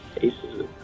Aces